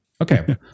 Okay